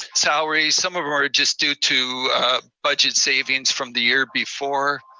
salaries. some of them are just due to budget savings from the year before.